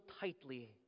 tightly